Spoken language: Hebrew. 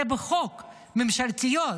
זה בחוק, ממשלתיות.